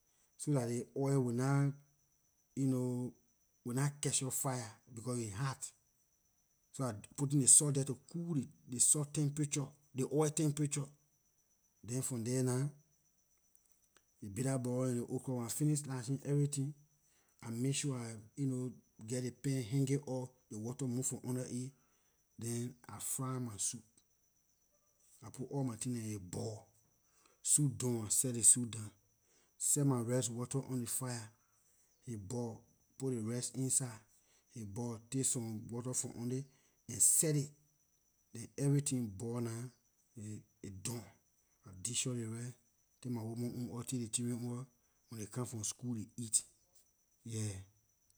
So dah ley oil will nah will not catch up fire becor it hot so I putting ley salt there to cool ley salt temperature ley oil temperature than from there nah ley bitter- ball and ley okra when I fini slashing everything I make sure I geh ley pan hang it up ley water move from under aay then I fry my soup I put all my tin there aay boil soup done I seh my soup down set my rice water on ley fire aay boil put ley rice inside aay boil take some water from on it and set it then everything boil nah aay done I dishor ley rice take my woman own out take ley children own out when they come from school they eat yeah